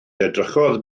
edrychodd